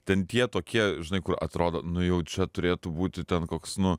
ten tie tokie žinai kur atrodo nu jaučia turėtų būti ten koks nu